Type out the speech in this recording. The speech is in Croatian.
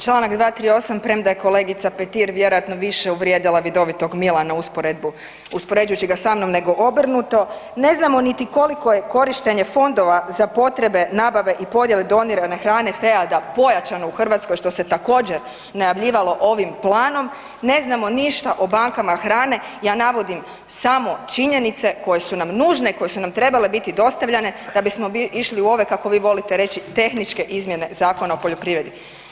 Čl. 238., premda je kolegica Petir vjerovatno više uvrijedila više vidovitog Milana uspoređujući ga sa mnom, nego obrnuto, ne znamo niti koliko je korištenje fondova za potrebe nabave i podjele donirane hrane FEAD-a pojačano u Hrvatskoj, što se također najavljivalo ovim planom, ne znamo ništa o bankama hrane, ja navodimo samo činjenice koje su nam nužne, koje su nam trebale biti dostavljene da bismo išli u ove kako vi volite reći, tehničke izmjene Zakona o poljoprivredi.